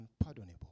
unpardonable